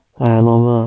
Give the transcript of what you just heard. !aiya! normal ah